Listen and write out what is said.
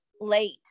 late